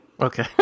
Okay